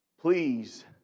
please